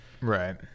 Right